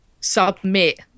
submit